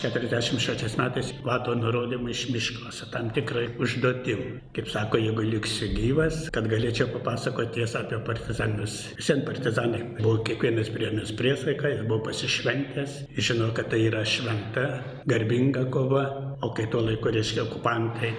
keturiasdešim šeštais metais vado nurodymai iš miško su tam tikra užduotim kaip sako jeigu liksiu gyvas kad galėčiau papasakot tiesą apie partizanus vis tiek partizanai buvo kiekvienas priėmęs priesaiką ir buvo pasišventęs žino kad tai yra šventa garbinga kova o kai tui laiku reiškia okupantai